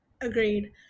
agreed